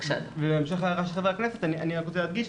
בהמשך להערה של חברי הכנסת אני רוצה להדגיש,